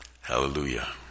Hallelujah